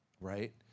Right